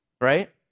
right